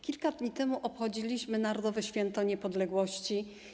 Kilka dni temu obchodziliśmy Narodowe Święto Niepodległości.